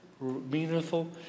meaningful